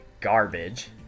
garbage